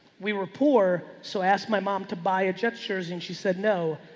we were poor. so asked my mom to buy a jet shirt and she said no,